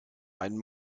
einen